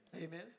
Amen